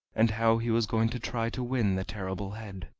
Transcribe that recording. and how he was going to try to win the terrible head.